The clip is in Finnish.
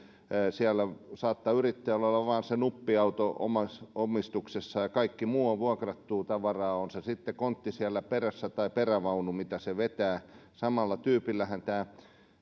siellä saattaa yrittäjällä olla vain se nuppiauto omistuksessa ja kaikki muu on vuokrattua tavaraa on se sitten kontti siellä perässä tai perävaunu mitä se vetää samalla tyypillähän tämä